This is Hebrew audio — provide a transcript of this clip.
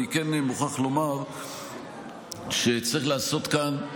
אני כן מוכרח לומר שצריך לעשות כאן,